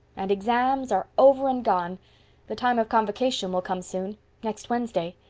and exams are over and gone the time of convocation will come soon next wednesday.